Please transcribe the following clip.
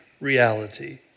reality